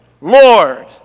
Lord